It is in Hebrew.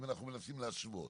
אם אנחנו מנסים להשוות.